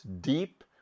deep